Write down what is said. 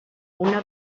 una